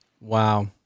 Wow